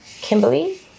Kimberly